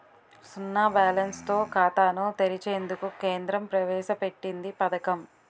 సున్నా బ్యాలెన్స్ తో ఖాతాను తెరిచేందుకు కేంద్రం ప్రవేశ పెట్టింది పథకం